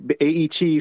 AET